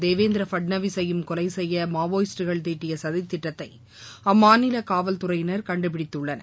தேவேந்திர பட்நாவிசையும் கொலை செய்ய மாவோயிஸ்டுகள் தீட்டிய சதி திட்டத்தை அம்மாநில காவல்துறையினர் கண்டுபிடித்துள்ளனர்